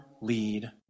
lead